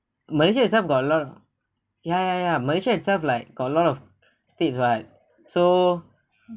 malaysia itself got a lot of ya ya ya malaysia itself like got a lot of states [what] so